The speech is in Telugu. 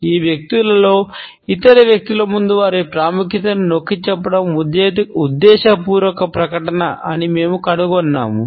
ఈ వ్యక్తులలో ఇతర వ్యక్తుల ముందు వారి ప్రాముఖ్యతను నొక్కి చెప్పడం ఉద్దేశపూర్వక ప్రకటన అని మేము కనుగొన్నాము